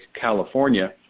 California